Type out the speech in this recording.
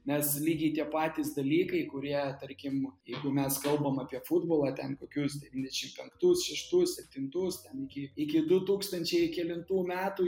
nes lygiai tie patys dalykai kurie tarkim jeigu mes kalbam apie futbolą ten kokius devyniadešim penktus šeštus septintus ten iki iki du tūkstančiai kelintų metų